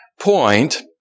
point